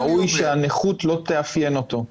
ראוי שהנכות לא תאפיין אותו.